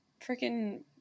freaking